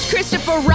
Christopher